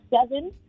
seven